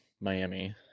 miami